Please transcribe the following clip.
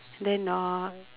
then uh